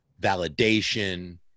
validation